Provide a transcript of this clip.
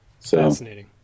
Fascinating